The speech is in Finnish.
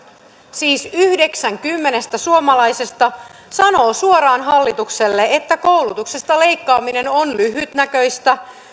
siis yhdeksän kymmenestä suomalaisesta sanoo suoraan hallitukselle että koulutuksesta leikkaaminen on lyhytnäköistä